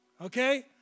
Okay